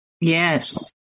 Yes